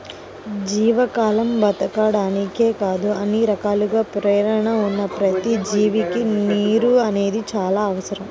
జీవజాలం బతకడానికే కాదు అన్ని రకాలుగా పేణం ఉన్న ప్రతి జీవికి నీరు అనేది చానా అవసరం